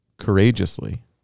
courageously